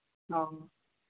ᱦᱮᱸ